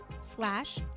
slash